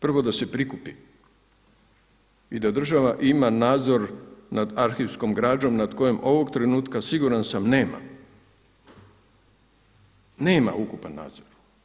Prvo da se prikupi i da država ima nadzor nad arhivskom građom nad kojom ovog trenutka siguran sam nema, nema ukupan nadzor.